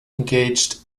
engaged